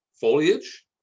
foliage